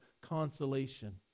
consolation